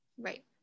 Right